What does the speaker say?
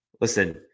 listen